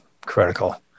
Critical